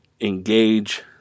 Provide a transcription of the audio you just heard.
engage